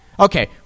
Okay